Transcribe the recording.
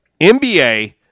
NBA